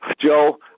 Joe